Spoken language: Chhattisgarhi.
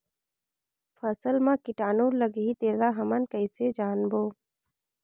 फसल मा कीटाणु लगही तेला हमन कइसे जानबो?